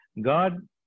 God